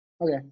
Okay